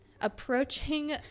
approaching